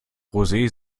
rosee